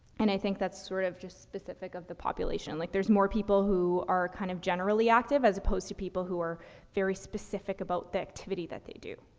and i think that's, sort of, just specific of the population. like, there's more people who are kind of generally active as opposed to people who are very specific about the activity that they do.